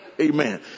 Amen